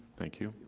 thank you.